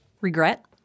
Regret